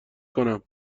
کنم